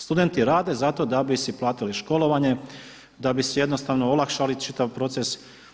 Studenti rade zato da bi si platili školovanje, da bi si jednostavno olakšali čitav proces.